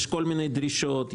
יש כל מיני דרישות,